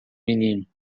menino